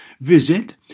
Visit